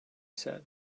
said